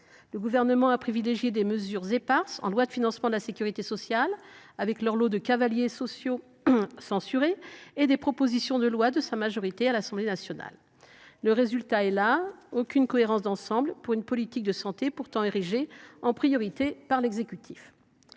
Le Gouvernement a privilégié des mesures éparses dans les lois de financement de la sécurité sociale, avec leur lot de cavaliers sociaux censurés, et des propositions de loi émanant de sa majorité à l’Assemblée nationale. Le résultat est là : aucune cohérence d’ensemble alors que la politique de santé est pourtant érigée en priorité par l’exécutif